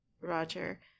Roger